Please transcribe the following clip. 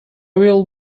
will